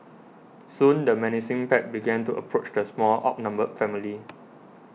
soon the menacing pack began to approach the poor outnumbered family